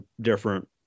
different